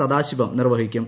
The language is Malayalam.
സദാശിവം നിർവഹിക്കും